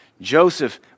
Joseph